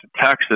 Texas